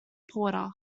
porter